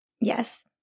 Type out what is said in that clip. Yes